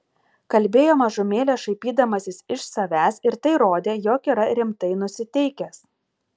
kalbėjo mažumėlę šaipydamasis iš savęs ir tai rodė jog yra rimtai nusiteikęs